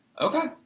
Okay